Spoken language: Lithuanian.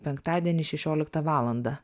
penktadienį šešioliktą valandą